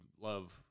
love